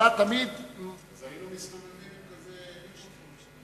אז היינו מסתובבים עם מיקרופון,